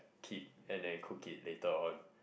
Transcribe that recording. keep and then cook it later on